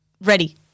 ready